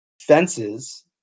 Fences